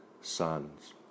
sons